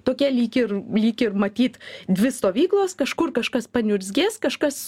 tokia lyg ir lyg ir matyt dvi stovyklos kažkur kažkas paniurzgės kažkas